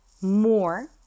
more